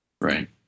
Right